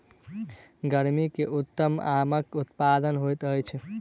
गर्मी मे उत्तम आमक उत्पादन होइत अछि